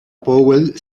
powell